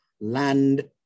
land